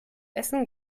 essen